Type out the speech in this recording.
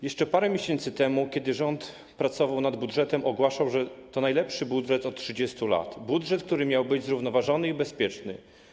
Jeszcze parę miesięcy temu, kiedy rząd pracował nad budżetem, ogłaszał, że to najlepszy budżet od 30 lat, budżet, który miał być zrównoważony i bezpieczny.